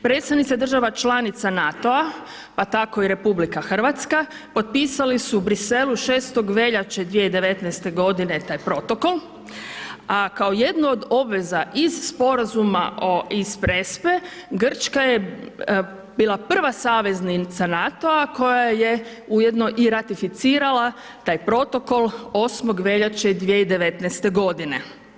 Predsjednica država članica NATO-a pa tako i RH potpisali su u Bruxellesu 6. veljače 2019. godine taj protokol, a kao jednu od obveza iz sporazuma iz Prespe, Grčka je bila prva saveznica NATO-a koja je ujedno i ratificirala taj protokol 8. veljače 2019. godine.